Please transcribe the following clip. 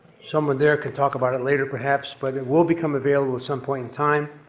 someone there can talk about it later, perhaps, but it will become available at some point in time.